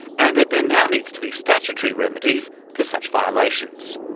and that there now needs to be statutory remedies for such violations.